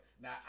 Now